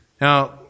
Now